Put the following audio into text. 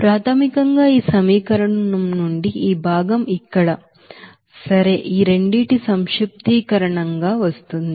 ప్రాథమికంగా ఈ సమీకరణం నుండి ఈ భాగం ఇక్కడ సరే ఈ రెండింటి సంక్షిప్తీకరణగా వస్తుంది